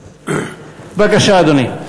בבקשה, אדוני.